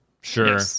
Sure